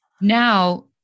Now